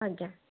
ଆଜ୍ଞା